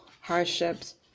hardships